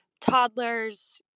toddlers